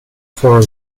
for